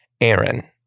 Aaron